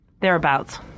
thereabouts